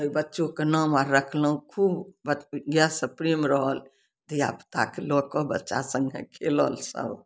ओइ बच्चोके नाम आर रखलहुँ खुब ब गायसँ प्रेम रहल धीआपूताके लअ कऽ बच्चा सङ्गे खेलल सब